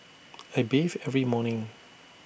I bathe every morning